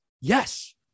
Yes